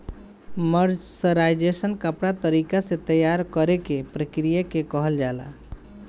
mercerisation कपड़ा तरीका से तैयार करेके प्रक्रिया के कहल जाला